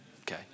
Okay